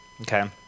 okay